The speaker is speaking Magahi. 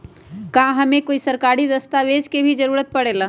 का हमे कोई सरकारी दस्तावेज के भी जरूरत परे ला?